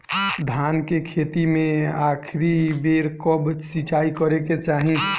धान के खेती मे आखिरी बेर कब सिचाई करे के चाही?